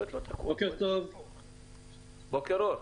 בוקר טוב,